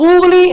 ברור לי,